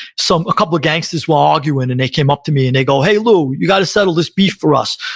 so a couple of gangsters were ah arguing, and they came up to me, and they go, hey lou, you got to settle this beef for us.